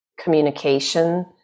Communication